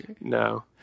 no